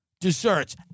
desserts